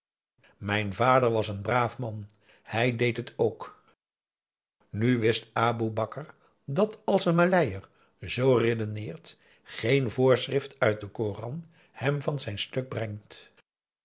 mijn vader was een braaf man hij deed het ook nu wist aboe bak ar dat als een maleier z redeneert geen voorschrift uit den koran hem van zijn stuk brengt